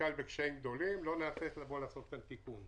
נערכו כבר בהתאם למה שפורסם, חלק החזירו.